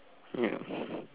yes